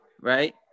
right